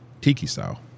tiki-style